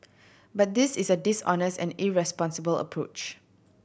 but this is a dishonest and irresponsible approach